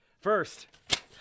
first